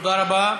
תודה רבה.